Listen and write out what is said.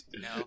No